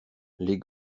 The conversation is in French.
les